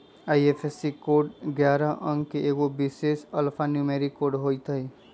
IFSC code ऐगारह अंक के एगो विशेष अल्फान्यूमैरिक कोड होइत हइ